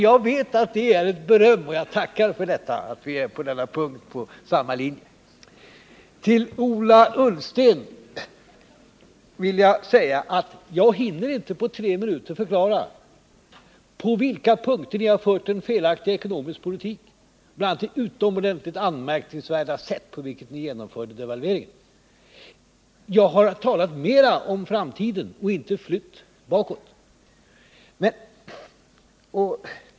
Jag vet således att det är ett beröm han ger oss, och jag tackar för att vi på den punkten är på samma linje. Jag hinner inte, Ola Ullsten, på tre minuter förklara på vilka punkter som ni har fört en felaktig ekonomisk politik. Men bl.a. är det sätt på vilket ni har genomfört devalveringen utomordentligt anmärkningsvärt. Jag har talat mera om framtiden och inte flytt bakåt.